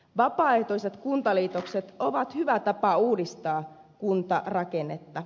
vapaaehtoiset kuntaliitokset ovat hyvä tapa uudistaa kuntarakennetta